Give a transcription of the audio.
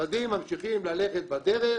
המשרדים ממשיכים ללכת בדרך